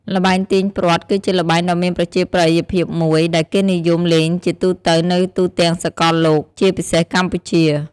ល្បែងទាញព្រ័ត្រ គឺជាល្បែងដ៏មានប្រជាប្រិយភាពមួយ ដែលគេនិយមលេងជាទូទៅនៅទូទាំងសកលលោក ជាពិសេសកម្ពុជា។